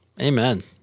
Amen